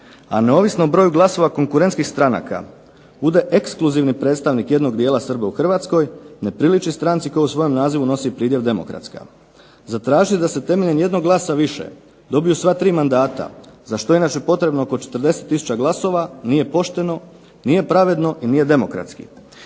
a neovisno o broju glasova konkurentskih stranaka bude ekskluzivni predstavnik jednog dijela Srba u Hrvatskoj ne priliči stranci koja u svojem nazivu nosi pridjev demokratska. Zatražiti da se temeljem jednog glasa više dobiju sva tri mandata, za što je inače potrebno oko 40 tisuća glasova, nije pošteno, nije pravedno i nije demokratski.